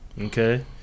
Okay